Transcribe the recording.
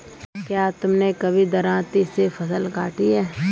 क्या तुमने कभी दरांती से फसल काटी है?